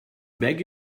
beg